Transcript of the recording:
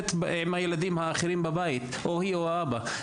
עם הילדים האחרים בבית או היא או האבא.